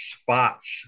spots